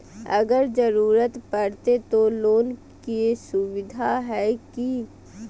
अगर जरूरत परते तो लोन के सुविधा है की?